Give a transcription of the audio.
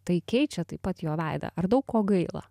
tai keičia taip pat jo veidą ar daug ko gaila